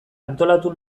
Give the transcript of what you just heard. antolatu